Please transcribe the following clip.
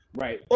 right